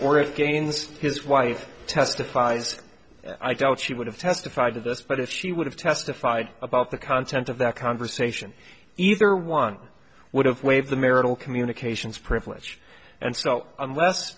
against his wife testifies i don't she would have testified to this but if she would have testified about the content of that conversation either one would have waived the marital communications privilege and so unless